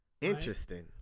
Interesting